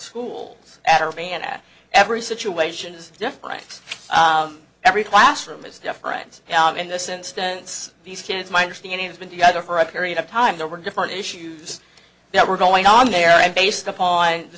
schools at urbana every situation is different every classroom is different in this instance these kids my understanding has been together for a period of time there were different issues that were going on there and based upon the